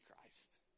Christ